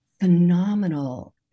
phenomenal